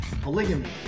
Polygamy